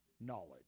knowledge